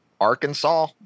Arkansas